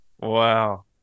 wow